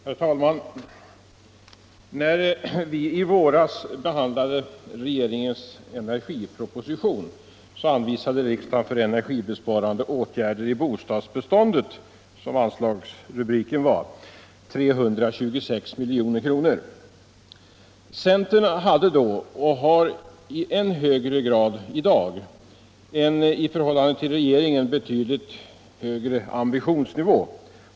Herr talman! När vi i våras behandlade regeringens energiproposition anvisade riksdagen för energibesparande åtgärder inom bostadsbeståndet 326 milj.kr. Centern hade då och har i än högre grad i dag en i förhållande till regeringen betydligt högre ambitionsnivå.